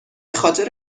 خاطر